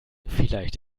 vielleicht